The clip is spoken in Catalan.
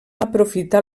aprofitar